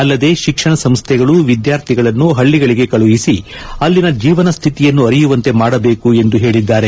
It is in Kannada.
ಅಲ್ಲದೇ ಶಿಕ್ಷಣ ಸಂಸ್ಲೆಗಳು ವಿದ್ನಾರ್ಥಿಗಳನ್ನು ಹಳ್ಳಿಗಳಿಗೆ ಕಳುಹಿಸಿ ಅಲ್ಲಿನ ಜೀವನ ಸ್ಲಿತಿಯನ್ನು ಆರಿಯುವಂತೆ ಮಾಡಬೇಕು ಎಂದು ಹೇಳಿದ್ದಾರೆ